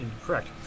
incorrect